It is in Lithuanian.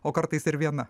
o kartais ir viena